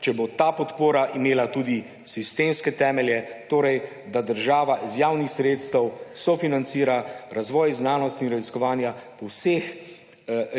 če bo ta podpora imela tudi sistemske temelje. Torej, da država iz javnih sredstev sofinancira razvoj znanosti in raziskovanja po vseh